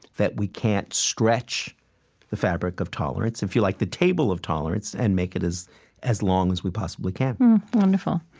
that we can't stretch the fabric of tolerance if you like, the table of tolerance and make it as as long as we possibly can wonderful.